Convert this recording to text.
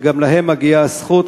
שגם להם מגיעה הזכות,